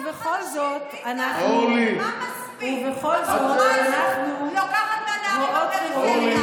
ובכל זאת, אנחנו רואות ורואים,